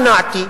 והשתכנעתי,